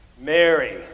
Mary